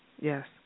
Yes